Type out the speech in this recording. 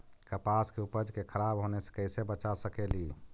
कपास के उपज के खराब होने से कैसे बचा सकेली?